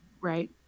Right